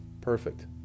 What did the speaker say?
Perfect